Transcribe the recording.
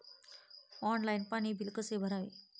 Online पाणी bill कसे भरावे?